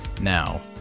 now